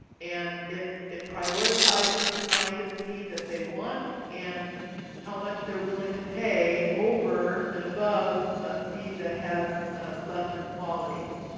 and it it prioritizes the kind of seed that they want and how much they're willing to pay over and above a seed that has lesser qualities.